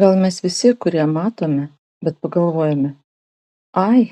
gal mes visi kurie matome bet pagalvojame ai